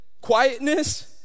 quietness